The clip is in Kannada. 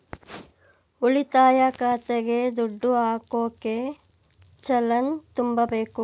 ಉಳಿತಾಯ ಖಾತೆಗೆ ದುಡ್ಡು ಹಾಕೋಕೆ ಚಲನ್ ತುಂಬಬೇಕು